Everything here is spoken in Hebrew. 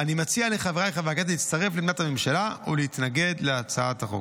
אני מציע לחבריי חברי הכנסת להצטרף לעמדת הממשלה ולהתנגד להצעת החוק.